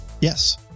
Yes